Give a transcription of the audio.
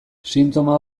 sintoma